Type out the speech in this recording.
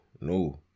No